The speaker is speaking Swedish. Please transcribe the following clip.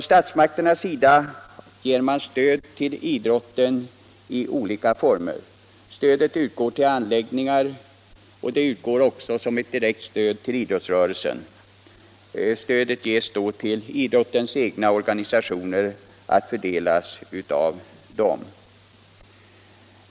Statsmakterna ger stöd i olika former till idrotten. Stödet utgår till anläggningar och även som ett direkt stöd till idrottsrörelsen. Det senare stödet ges till idrottens egna organisationer att fördelas av dessa.